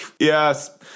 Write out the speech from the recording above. Yes